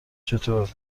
چطور